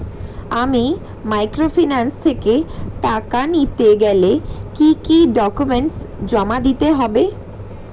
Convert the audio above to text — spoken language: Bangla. আমি মাইক্রোফিন্যান্স থেকে টাকা নিতে গেলে কি কি ডকুমেন্টস জমা দিতে হবে?